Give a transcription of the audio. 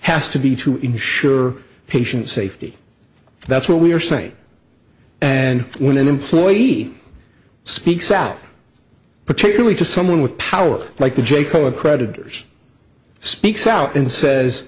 has to be to ensure patient safety that's what we're saying and when an employee speaks out particularly to someone with power like j cole a creditor's speaks out and says